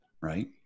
Right